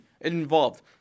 involved